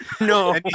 no